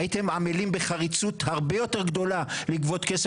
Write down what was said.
הייתם עמלים בחריצות הרבה יותר גדולה לגבות כסף